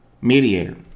mediator